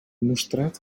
mostrat